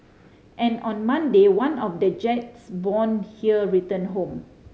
and on Monday one of the jets born here returned home